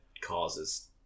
causes